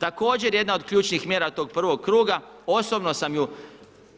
Također jedna od ključnih mjera tog prvog kuga, osobno sam ju